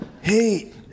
Hey